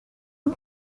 این